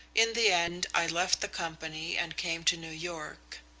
in the end i left the company and came to new york.